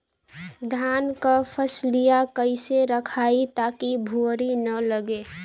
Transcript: धान क फसलिया कईसे रखाई ताकि भुवरी न लगे?